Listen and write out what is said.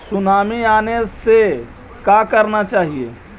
Tsunami आने से का करना चाहिए?